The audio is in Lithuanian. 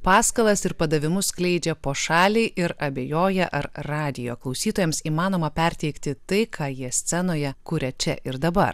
paskalas ir padavimus skleidžia po šalį ir abejoja ar radijo klausytojams įmanoma perteikti tai ką jie scenoje kuria čia dabar